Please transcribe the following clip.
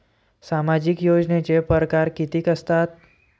सामाजिक योजनेचे परकार कितीक असतात?